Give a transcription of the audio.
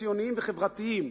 ציוניים וחברתיים.